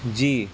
جی